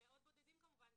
מאוד בודדים כמובן,